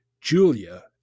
Julia